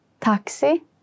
Taxi